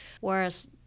Whereas